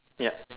ya